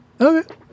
Okay